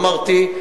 אמרתי: